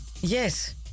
Yes